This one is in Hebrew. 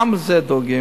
גם לזה דואגים,